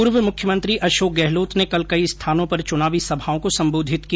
पूर्व मुख्यमंत्री अशोक गहलोत ने कल कई स्थानों पर चुनावी सभाओं को सम्बोधित किया